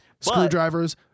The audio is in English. Screwdrivers